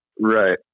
Right